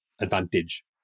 Advantage